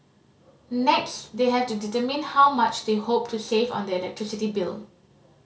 next they have to determine how much they hope to save on their electricity bill